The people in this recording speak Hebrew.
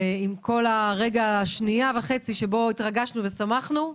עם כל השנייה וחצי שהתרגשנו ושמחנו,